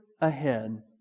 ahead